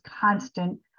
constant